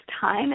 time